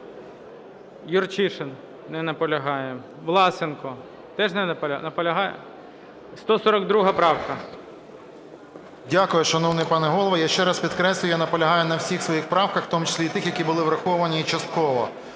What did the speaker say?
Юрчишин, не наполягає. Власенко. Теж не… Наполягає? 142 правка. 11:49:45 ВЛАСЕНКО С.В. Дякую, шановний пане Голово. Я ще раз підкреслюю, я наполягаю на всіх своїх правках, в тому числі і тих, які були враховані частково.